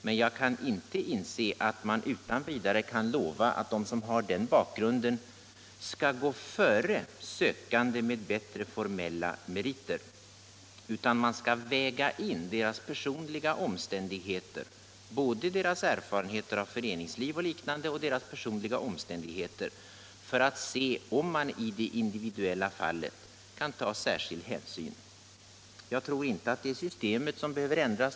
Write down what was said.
Men jag kan inte inse att man utan vidare kan lova att de som har den bakgrunden skall gå före sökande med bättre formella meriter. Man skall väga in både deras erfarenheter av föreningsliv och deras personliga omständigheter för att se om man i det individuella fallet kan ta särskild hänsyn. Jag tror inte att det är systemet som behöver ändras.